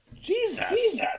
Jesus